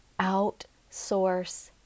outsource